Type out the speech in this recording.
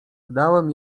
dałem